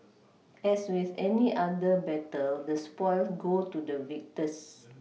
as with any other battle the spoils go to the victors